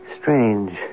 strange